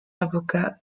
avocat